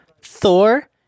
thor